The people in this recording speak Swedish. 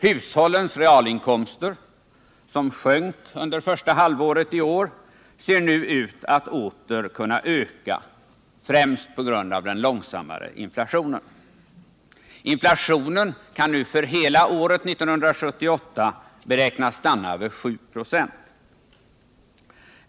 Hushållens realinkomster, som sjönk under första halvåret i år, ser nu ut att åter kunna öka, främst på grund av den långsammare inflationen. Inflationen kan nu för hela året 1978 beräknas stanna vid 7 96.